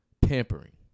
pampering